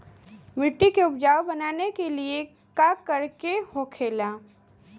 मिट्टी के उपजाऊ बनाने के लिए का करके होखेला?